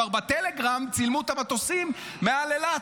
בטלגרם כבר צילמו את המטוסים מעל אילת.